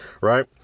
Right